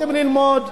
רוצים ללמוד,